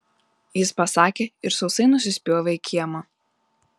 jis pasakė ir sausai nusispjovė į kiemą